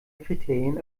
kriterien